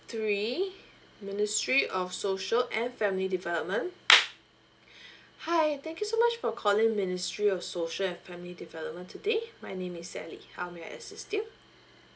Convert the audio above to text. three ministry of social and family development hi thank you so much for calling ministry of social and family development today my name is ally how may I assist you